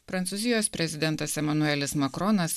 prancūzijos prezidentas emanuelis makronas